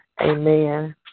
amen